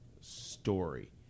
story